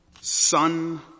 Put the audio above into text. son